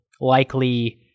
likely